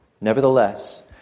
Nevertheless